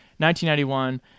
1991